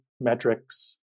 metrics